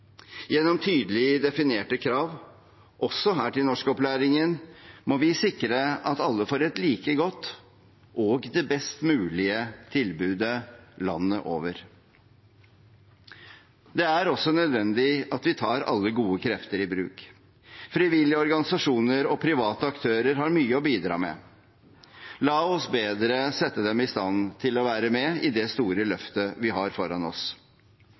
Gjennom tydelig definerte krav, også her til norskopplæringen, må vi sikre at alle får et like godt tilbud – og det best mulige – landet over. Det er også nødvendig at vi tar alle gode krefter i bruk. Frivillige organisasjoner og private aktører har mye å bidra med. La oss bedre sette dem i stand til å være med i det store løftet vi har foran oss.